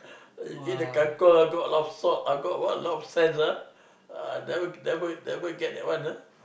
eat the Kang Kong ah got a lot of salt got what a lot of sand ah never never never get that one ah